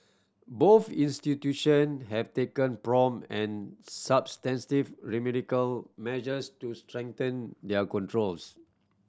both institution have taken prompt and substantive remedial measures to strengthen their controls